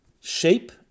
shape